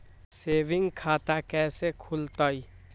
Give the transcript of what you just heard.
Saving खाता कैसे खुलतई?